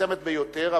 המצומצמת ביותר,